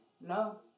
No